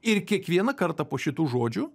ir kiekvieną kartą po šitų žodžių